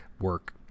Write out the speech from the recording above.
work